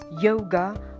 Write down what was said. yoga